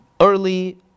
early